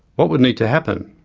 what would need to happen?